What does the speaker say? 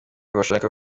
bashaka